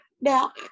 Now